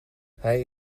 hij